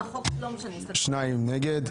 שניים נגד.